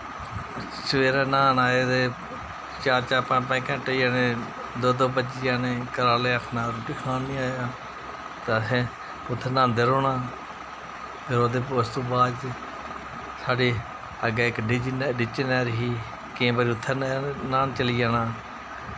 सवेरे न्हान आए ते चार चार पंज पंज घैंटे होई जाने दो दो बज्जी जाने घरै आहलें आखना रुट्टी खान निं आया ते असें उत्थें न्हांदे रौह्ना फिर उस दे बाद साढ़ी अग्गें इक डिच डिचनर ही केईं बार उत्थें नैहर न्हान चली जाना